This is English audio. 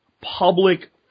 public